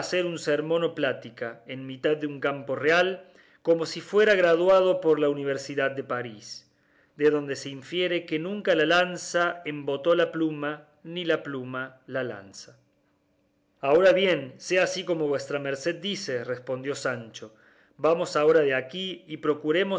un sermón o plática en mitad de un campo real como si fuera graduado por la universidad de parís de donde se infiere que nunca la lanza embotó la pluma ni la pluma la lanza ahora bien sea así como vuestra merced dice respondió sancho vamos ahora de aquí y procuremos